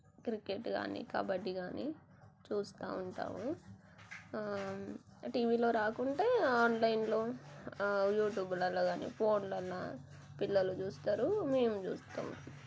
cricket కానీ కబడ్డీ కానీ చూస్తూ ఉంటాము టీవీలో రాకుంటే ఆన్లైన్లో యూట్యూబ్లల్లో కానీ ఫోన్లలో పిల్లలు చూస్తారు మేము చూస్తాము